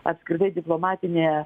apskritai diplomatinėje